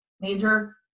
Major